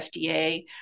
FDA